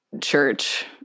church